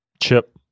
Chip